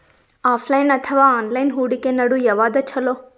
Offline ಅಥವಾ online ಹೂಡಿಕೆ ನಡು ಯವಾದ ಛೊಲೊ?